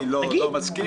לא בטוח, תגיד.